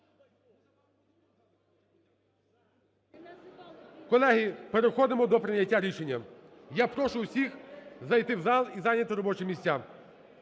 Колеги, переходимо до прийняття рішення. Я прошу усіх зайти в зал і зайняти робочі місця.